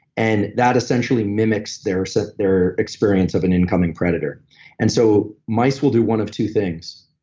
and that essentially mimics their so their experience of an incoming predator and so, mice will do one of two things,